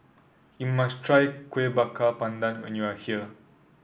you must try Kueh Bakar Pandan when you are here